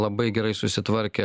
labai gerai susitvarkė